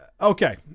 okay